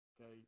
Okay